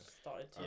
started